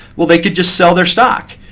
well, they could just sell their stock.